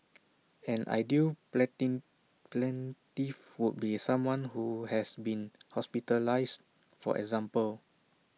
an ideal planting plaintiff would be someone who has been hospitalised for example